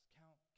count